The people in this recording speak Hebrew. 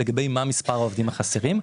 אתם יודעים כמה עובדים ישראלים עוסקים בסיעוד?